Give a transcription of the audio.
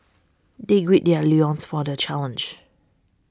they gird their loins for the challenge